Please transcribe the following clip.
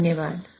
धन्यवाद